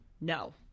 No